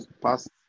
past